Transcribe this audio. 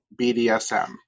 BDSM